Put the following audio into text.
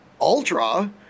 ultra